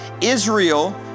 Israel